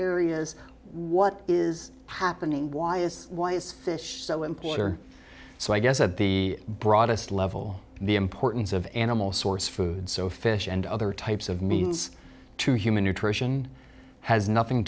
areas what is happening why is why it's fish so employer so i guess at the broadest level the importance of animal source food so fish and other types of means to human nutrition has nothing